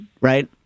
right